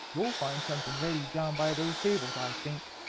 you'll find something ready down by those tables, i think.